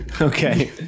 okay